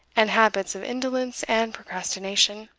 and habits of indolence and procrastination.